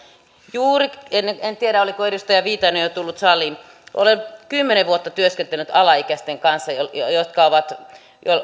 en tiedä oliko edustaja viitanen jo tullut saliin mutta olen kymmenen vuotta työskennellyt alaikäisten kanssa